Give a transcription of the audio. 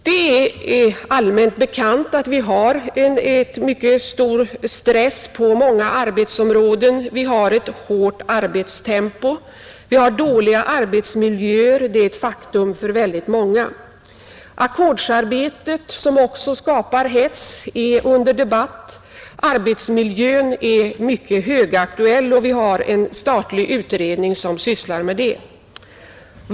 Det är allmänt bekant att vi har mycket stor stress på många arbetsområden: vi har ett hårt arbetstempo, vi har dåliga arbetsmiljöer — det är ett faktum för väldigt många. Ackordsarbetet som också skapar hets är under debatt. Arbetsmiljön är högaktuell, och vi har en statlig utredning som sysslar med den frågan.